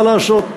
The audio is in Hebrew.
מה לעשות.